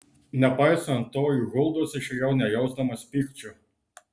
nepaisant to iš huldos išėjau nejausdamas pykčio